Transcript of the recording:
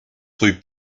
rue